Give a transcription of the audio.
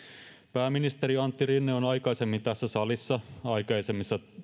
pääministeri antti rinne on aikaisemmin tässä salissa aikaisemmissa